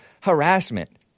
Harassment